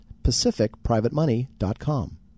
PacificPrivateMoney.com